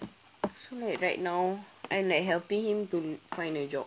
so like right now I'm like helping him to find a job